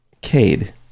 Cade